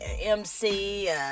MC